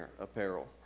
apparel